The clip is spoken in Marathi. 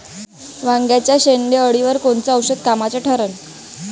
वांग्याच्या शेंडेअळीवर कोनचं औषध कामाचं ठरन?